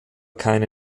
keine